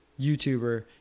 YouTuber